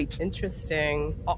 Interesting